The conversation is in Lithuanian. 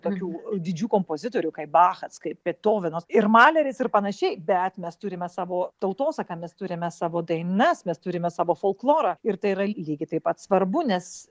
tokių didžių kompozitorių kaip bachas kaip betovenas ir maleris ir panašiai bet mes turime savo tautosaką mes turime savo dainas mes turime savo folklorą ir tai yra lygiai taip pat svarbu nes